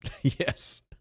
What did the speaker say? Yes